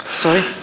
Sorry